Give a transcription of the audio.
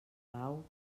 pau